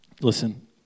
listen